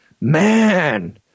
Man